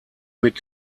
mit